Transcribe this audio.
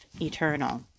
eternal